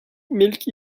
milk